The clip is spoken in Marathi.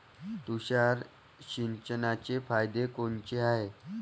तुषार सिंचनाचे फायदे कोनचे हाये?